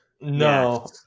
No